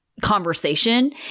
conversation